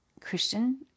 Christian